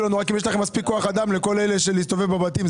לנו אם יש מספיק כוח אדם לכל אלה להסתובב בבתים.